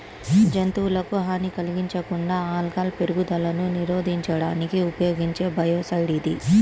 జంతువులకు హాని కలిగించకుండా ఆల్గల్ పెరుగుదలను నిరోధించడానికి ఉపయోగించే బయోసైడ్ ఇది